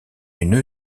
une